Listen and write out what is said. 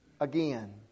again